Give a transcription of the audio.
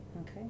Okay